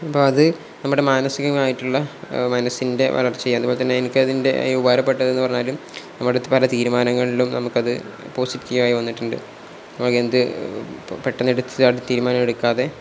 അപ്പം അത് നമ്മുടെ മാനസികമായിട്ടുള്ള മനസ്സിൻ്റെ വളർച്ചയാണ് അതു പോലെ തന്നെ എനിക്കതിൻ്റെ ഉപകാരപ്പെട്ടത് എന്നു പറഞ്ഞാലും നമ്മുടെയടുത്ത് പല തീരുമാനങ്ങളിലും നമുക്കത് പോസിറ്റീവായി വന്നിട്ടുണ്ട് നമുക്ക് എന്ത് പെട്ടെന്നെടുത്ത് തീരുമാനം എടുക്കാതെ